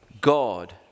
God